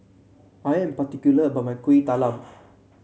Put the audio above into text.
I am particular about my Kueh Talam